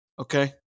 okay